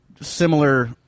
similar